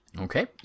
Okay